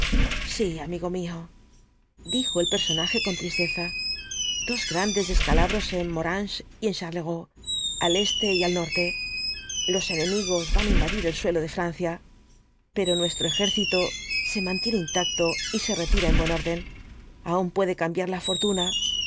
sí amigo mío dijo el personaje con tristeza dos grandes descalabros en morhange y en charleroi al este y al norte los enemigos van á invadir el suelo de francia pero nuestro ejército se mantiene intacto y se retira en buen orden aun puede cambiar la fortuna